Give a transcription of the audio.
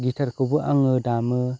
गिथारखौबो आङो दामो